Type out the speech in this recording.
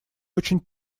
очень